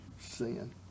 sin